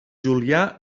julià